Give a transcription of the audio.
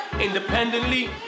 independently